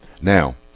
now